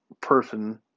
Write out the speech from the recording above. person